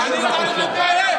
תתבייש לך.